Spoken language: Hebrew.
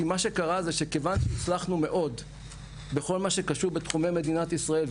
כי מה שקרה זה שכיוון שהצלחנו מאוד בכל מה שקשור בתחומי מדינת ישראל,